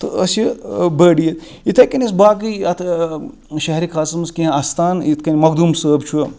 تہٕ ٲسۍ یہِ بٔڑ عیٖد یِتھٕے کٔنۍ ٲسۍ باقٕے یَتھ شہرِخاصَس منٛز کینٛہہ اَستان یِتھ کٔنۍ مَخدوٗم صوب چھُ